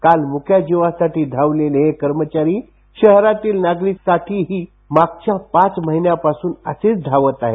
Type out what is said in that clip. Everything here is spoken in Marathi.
काल मुक्या जीवासाठी धावलेले हे कर्मचारी शहरातील नागरिकांसाठीही मागच्या पाच महिन्यांपासून असेच धावता आहेत